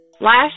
Last